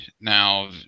now